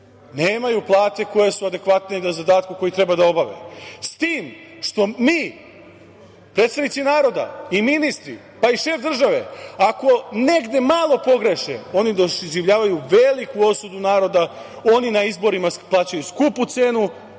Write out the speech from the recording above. nemaju plate koje su adekvatne zadatku koji treba da obave. S tim što predstavnici naroda, ministri, pa i šef države ako negde malo pogreše, oni doživljavaju veliku osudu naroda, oni na izborima plaćaju skupu cenu,